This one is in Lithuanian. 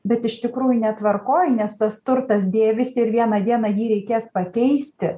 bet iš tikrųjų netvarkoj nes tas turtas dėvisi ir vieną dieną jį reikės pakeisti